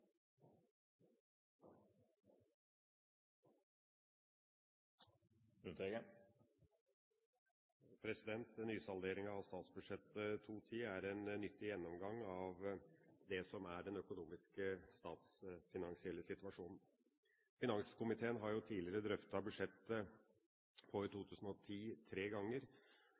en nyttig gjennomgang av det som er den økonomiske statsfinansielle situasjonen. Finanskomiteen har jo tidligere drøftet budsjettet for 2010 tre ganger